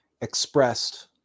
expressed